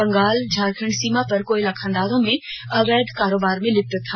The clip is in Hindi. बंगाल झारखंड सीमा पर कोयला खदानों में अवैध कारोबार में लिप्त था